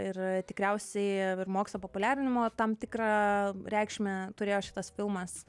ir tikriausiai ir mokslo populiarinimo tam tikrą reikšmę turėjo šitas filmas